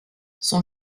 son